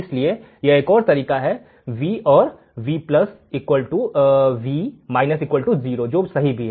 इसलिए एक और तरीका है V और V V 0 जो सही भी है